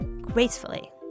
gracefully